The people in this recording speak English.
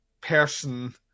person